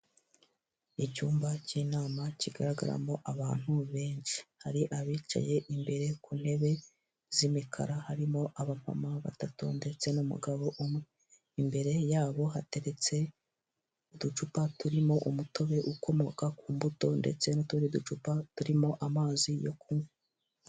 Icyumba cy'inama kigaragaramo abantu benshi, hari abicaye imbere ku ntebe z'imikara harimo abamama batatu ndetse n'umugabo umwe, imbere yabo hateretse uducupa turimo umutobe ukomoka ku mbuto ndetse n'utundi ducupa turimo amazi yo kunywa.